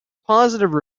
positive